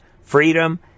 freedom